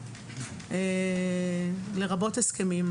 לרבות הסכמים.